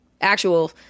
actual